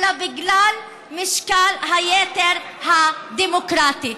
אלא בגלל משקל היתר הדמוקרטי.